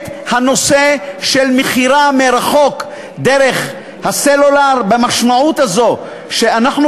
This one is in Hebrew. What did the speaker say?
את הנושא של מכירה מרחוק דרך הסלולר במובן הזה שאנחנו